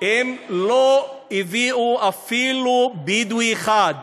לא הביאו אפילו בדואי אחד,